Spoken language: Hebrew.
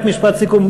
רק משפט סיכום,